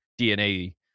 DNA